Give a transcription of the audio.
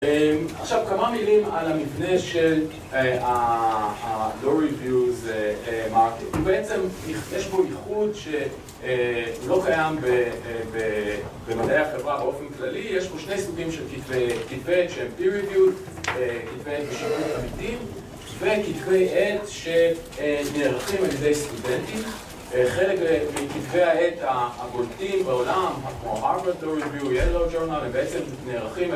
‫עכשיו, כמה מילים על המבנה ‫של ה-Door Reviews מרקט. ‫בעצם יש בו ייחוד שלא קיים ‫במדעי החברה באופן כללי, ‫יש בו שני סוגים של כתבי עת, ‫שהם P-Reviews, ‫כתבי עת בשוקות אמיתיים ‫וכתבי עת שנערכים על ידי סטודנטים. ‫חלק מכתבי העת העבודתי בעולם, ‫ה-Programmed Door Reviews, ‫Yellow Journal, ‫הם בעצם נערכים